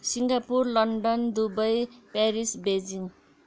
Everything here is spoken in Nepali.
Singapore London Dubai Paris Beijing